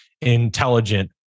intelligent